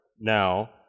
now